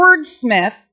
wordsmith